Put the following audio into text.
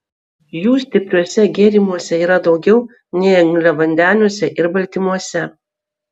jų stipriuose gėrimuose yra daugiau nei angliavandeniuose ir baltymuose